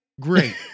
great